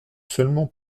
seulement